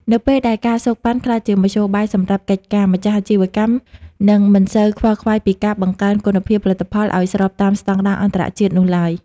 នៅពេលដែល ការសូកប៉ាន់ ក្លាយជាមធ្យោបាយសម្រេចកិច្ចការ ម្ចាស់អាជីវកម្មនឹងមិនសូវខ្វល់ខ្វាយពីការបង្កើនគុណភាពផលិតផលឱ្យស្របតាមស្ដង់ដារអន្តរជាតិនោះឡើយ។